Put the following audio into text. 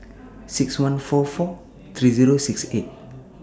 six one four four three Zero six eight